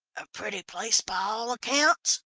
a pretty place by all accounts,